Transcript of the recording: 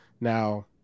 Now